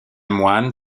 moine